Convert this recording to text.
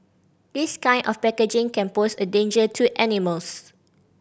this kind of packaging can pose a danger to animals